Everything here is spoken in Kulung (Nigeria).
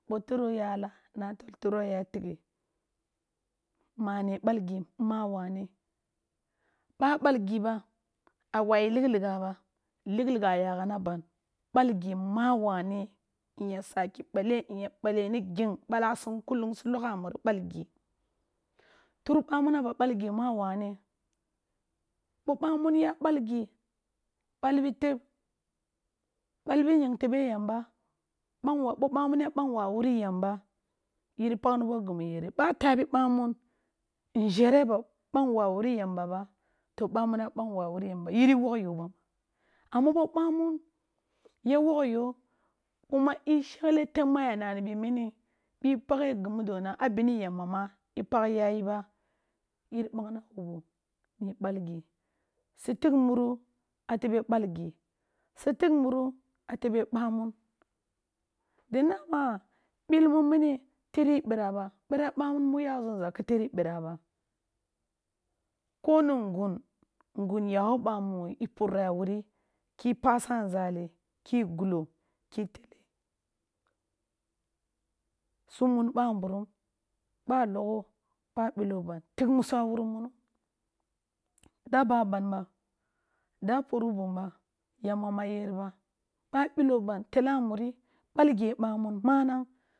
Bo tiro ya la ana tol tiro ya tikhe, mare bal gi maa wane ba balgi ɓa, a wayi ligh ligh ba, ligh ligh ya yaghuna ban bal gi ma wane, in ya saki bale nya bale ni ginng balasum kulung si logha muri bal gi tur bamun a ba bal gi ma wane, bo bamun ya bal gii, balbi teb, bal bi ying tebe yamba bangwa, bo ba mun ya bang wobor a wuri yamba yiri pakn na bog imu yerri ba tabi bamun nzhere ba bang wuho a wuri yam b aba, to bamun ya bang wubo a wuri yamba yiri wougyo ba, amma bo bamun ya woghgo kuma i shagle teb ma yana nani bi mini bi pakhe gi mu do na a bini yamba ma, l pakh yayi ba, yiri bargna wubo yi balgi si tigh muru a tebe malgi, si tigh muru a tobe bamun, idn nab il mun mini tiri bira, bira bamun mu tiri bira ba, ko ni ngun ngun yawo bamu i puri a wani, ki passa nzali, ki gulo ki tele sun mun bamburum ba logho, b abilo ban tigh muso a wuri wuno dl aba ban ba, da puri bum bay amba ma yerba, b abilo bam tela muri, bal ghe bamun manang.